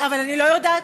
אבל אני לא יודעת.